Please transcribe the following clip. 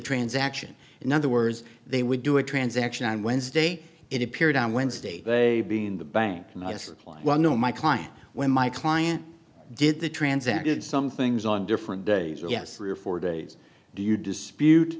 transaction in other words they would do a transaction on wednesday it appeared on wednesday they being the bank and i supply one know my client when my client did the trans am did some things on different days yes three or four days do you dispute